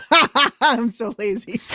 but i'm so lazy